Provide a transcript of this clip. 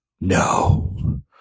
No